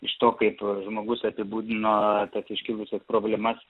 iš to kaip žmogus apibūdino tas iškilusias problemas